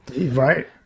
right